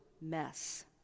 mess